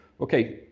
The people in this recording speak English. okay